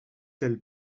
tel